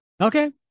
Okay